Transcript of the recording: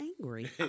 angry